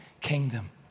kingdom